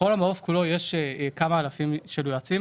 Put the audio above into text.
בכל המעוף כולו יש כמה אלפים של יועצים,